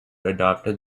adopted